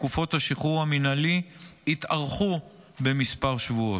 תקופות השחרור המינהלי התארכו בכמה שבועות.